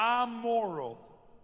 amoral